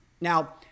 Now